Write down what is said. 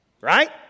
Right